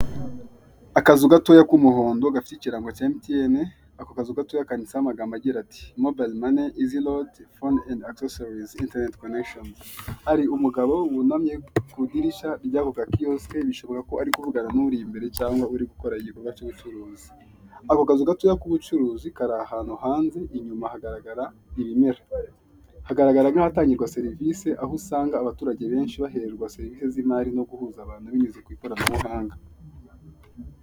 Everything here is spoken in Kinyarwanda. Akazu gatoya k'umuhondo gafite ikirango cya MTN, ako kazu gatoya kanditseho amagambo agira ati MobileMoney, easy load, phone and accessories, internet connection, hari umugabo wunamye ku dirishya ry'ako ga kioske bishobora kuba ari kuvugana n'uri imbere cyangwa uri gukora igikorwa by'ubucuruzi, ako kazu gatoya k'ubucuruzi kari ahantu hanze inyuma hagaragara ibimera, hagaragara nk'ahatangirwa serivisi aho usanga abaturage benshi bahererwa serivisi z'imari no guhuza abantu binyuze mu ikoranabuhanga.